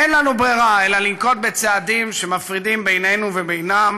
אין לנו ברירה אלא לנקוט צעדים שמפרידים בינינו ובינם,